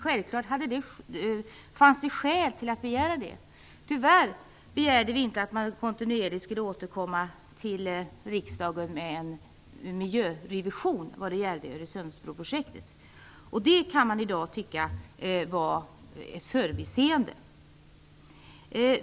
Självfallet fanns det skäl för att begära detta. Tyvärr begärde vi inte att man kontinuerligt skulle återkomma till riksdagen med en miljörevision vad gäller Öresundsbroprojektet. Det kan man i dag tycka var ett förbiseende.